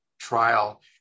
trial